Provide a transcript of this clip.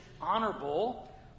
honorable